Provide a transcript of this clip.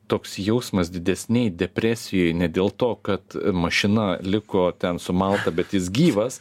toks jausmas didesnėj depresijoj ne dėl to kad mašina liko ten sumalta bet jis gyvas